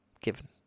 Given